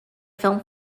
film